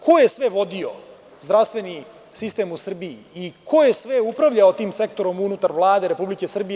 Ko je sve vodio zdravstveni sistem u Srbiji i ko je sve upravljao tim sektorom unutar Vlade Republike Srbije?